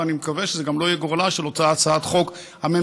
ואני מקווה שזה גם לא יהיה גורלה של אותה הצעת חוק ממשלתית,